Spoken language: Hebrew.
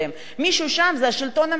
מישהו שם זה השלטון המקומי.